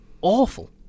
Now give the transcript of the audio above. awful